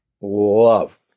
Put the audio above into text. love